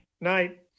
night